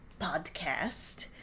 Podcast